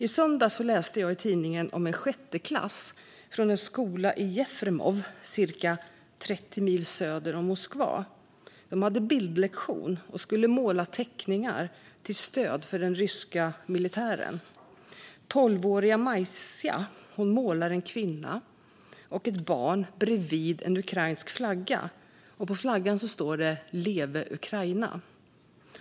I söndags läste jag i tidningen om en sjätteklass i en skola i Jefremov, cirka 30 mil söder om Moskva. De hade bildlektion och skulle måla teckningar till stöd för den ryska militären. Tolvåriga Masja målade en kvinna och ett barn bredvid en ukrainsk flagga. På flaggan står det: Leve Ukraina.